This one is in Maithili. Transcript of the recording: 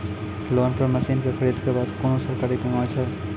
लोन पर मसीनऽक खरीद के बाद कुनू सरकारी बीमा छै?